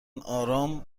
آرام